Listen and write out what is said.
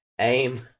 aim